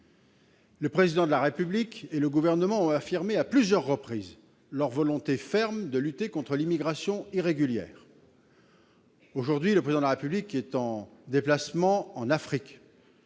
Le Président de la République et le Gouvernement ont affirmé à plusieurs reprises leur ferme volonté de lutter contre l'immigration irrégulière. Aujourd'hui, le Président de la République est en déplacement en Afrique.